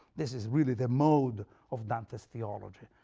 this is really the mode of dante's theology.